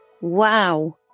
Wow